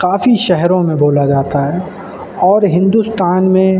کافی شہروں میں بولا جاتا ہے اور ہندوستان میں